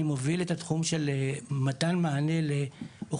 אני מוביל את התחום של מתן מענה לאוכלוסייה